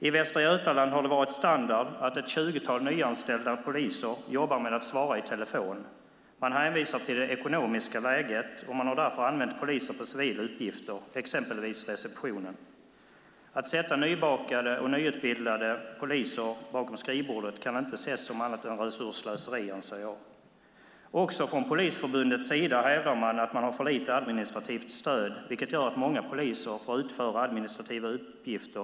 I Västra Götaland har det varit standard att ett tjugotal nyanställda poliser jobbar med att svara i telefon. Man hänvisar till det ekonomiska läget, och man har därför använt poliser för civila uppgifter - exempelvis i receptionen. Att sätta nybakade och nyutbildade poliser bakom skrivbordet kan inte ses som annat än resursslöseri, anser jag. Också från Polisförbundets sida hävdar man att man har för lite administrativt stöd, vilket gör att många poliser får utföra administrativa uppgifter.